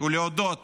ולהודות